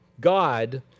God